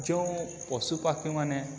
ଯେଉଁ ପଶୁପକ୍ଷୀ ମାନେ